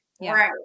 Right